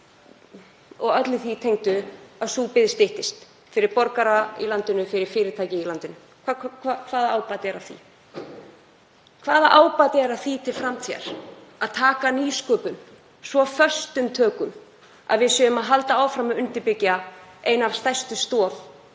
þess sem því tengist styttist fyrir borgara í landinu, fyrir fyrirtækin í landinu? Hvaða ábati er af því? Hvaða ábati er af því til framtíðar að taka nýsköpun föstum tökum, að við höldum áfram að undirbyggja eina stærstu stoð